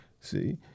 See